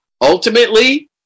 ultimately